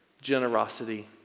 generosity